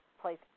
place